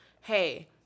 hey